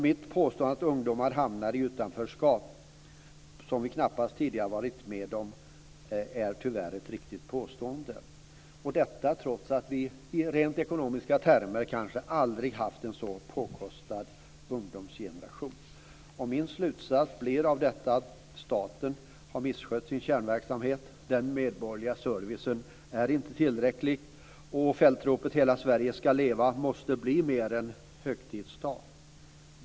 Mitt påstående att ungdomar hamnar i ett utanförskap som vi knappast tidigare har varit med om är tyvärr riktigt - detta trots att vi i rent ekonomiska termer kanske aldrig har haft en så påkostad ungdomsgeneration. Min slutsats är att staten har misskött sin kärnverksamhet. Den medborgerliga servicen är inte tillräcklig. Fältropet Hela Sverige ska leva! måste bli mer än högtidstal.